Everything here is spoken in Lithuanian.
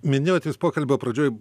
minėjot jūs pokalbio pradžioj